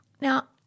Now